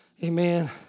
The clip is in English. Amen